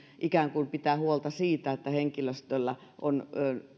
ikään kuin pitää huolta siitä että henkilöstöllä on